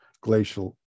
glacial